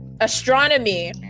astronomy